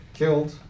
killed